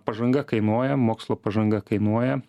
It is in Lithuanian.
pažanga kainuoja mokslo pažanga kainuoja